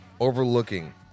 overlooking